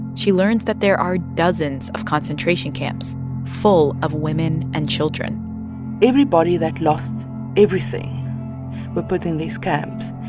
she learns that there are dozens of concentration camps full of women and children everybody that lost everything were put in these camps.